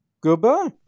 Goodbye